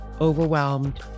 overwhelmed